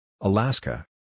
Alaska